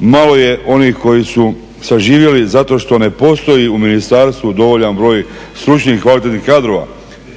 malo je onih koji su saživjeli zato što ne postoji u ministarstvu dovoljan broj stručnih i kvalitetnih kadrova.